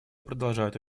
продолжают